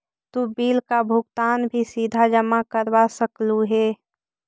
तु बिल का भुगतान भी सीधा जमा करवा सकलु हे